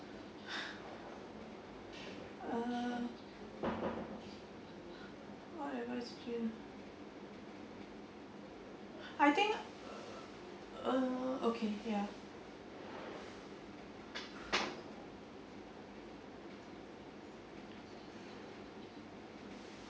uh what advice would you I think uh okay ya